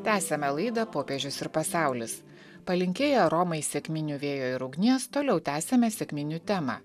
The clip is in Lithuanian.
tęsiame laidą popiežius ir pasaulis palinkėję romai sekminių vėjo ir ugnies toliau tęsiame sekminių temą